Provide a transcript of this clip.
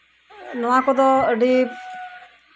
ᱱᱚᱣᱟ ᱠᱚᱫᱚ ᱟᱹᱰᱤ